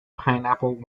pineapple